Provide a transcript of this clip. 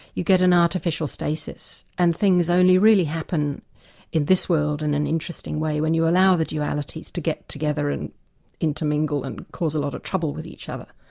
you get an artificial stasis. and things only really happen in this world in and an interesting way when you allow the dualities to get together and intermingle and cause a lot of trouble with each other.